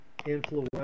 influential